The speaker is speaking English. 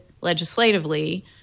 legislatively